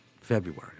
February